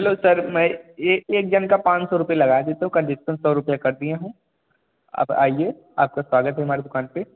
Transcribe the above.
चलो सर मैं एक एक जन का पाँच सौ रुपए लगा देता हूँ कंसेशन सौ रुपया कर दिया हूँ आप आइए आपका स्वागत है हमारे दुकान पे